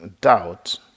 doubt